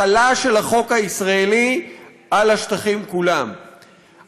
החלה של החוק הישראלי על השטחים כולם.